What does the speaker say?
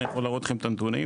אני יכול להראות לכם את הנתונים,